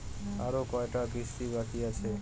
আরো কয়টা কিস্তি বাকি আছে?